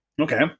Okay